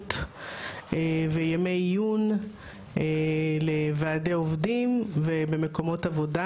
סדנאות וימי עיון לוועדי עובדים ובמקומות עבודה,